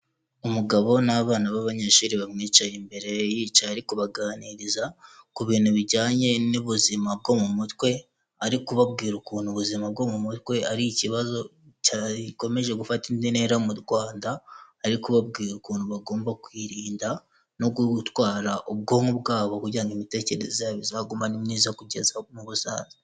Umugabo n'abana b'abanyeshuri bamwicaye imbere yicaye ari kubaganiriza, ku bintu bijyanye n'ubuzima bwo mu mutwe, arikubabwira ukuntu ubuzima bwo mu mutwe ari ikibazo gikomeje gufata indi ntera mu Rwanda, ari kubabwira ukuntu bagomba kwirinda no gutwara ubwonko bwabo kugira ngo imitekerereze yabo izagumane neza kugeza mu buzaza.